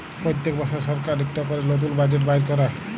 প্যত্তেক বসর সরকার ইকট ক্যরে লতুল বাজেট বাইর ক্যরে